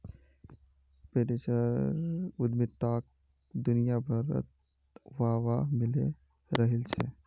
बेटीछुआर उद्यमिताक दुनियाभरत वाह वाह मिले रहिल छे